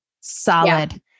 solid